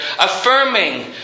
affirming